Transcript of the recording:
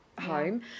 home